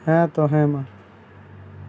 ᱦᱮᱸ ᱛᱚ ᱦᱮᱸᱢᱟ